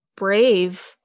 brave